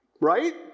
Right